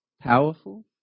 powerful